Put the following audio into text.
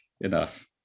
enough